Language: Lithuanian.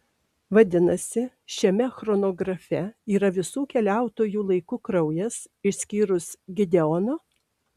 vadinasi šiame chronografe yra visų keliautojų laiku kraujas išskyrus gideono